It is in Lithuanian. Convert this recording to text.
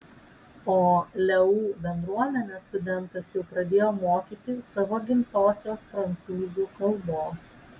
o leu bendruomenę studentas jau pradėjo mokyti savo gimtosios prancūzų kalbos